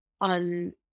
on